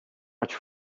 much